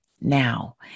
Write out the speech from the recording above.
Now